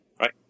right